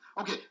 Okay